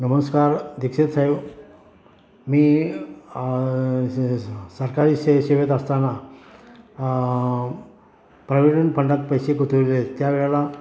नमस्कार दीक्षित साहेब मी सरकारी शे सेवेत असताना प्राव्हिडंड फंडात पैसे गुंतवलेले त्या वेळेला